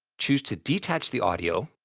choose to detach the audio.